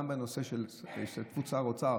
גם בנושא של השתתפות שר אוצר,